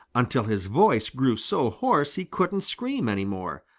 until his voice grew so hoarse he couldn't scream any more,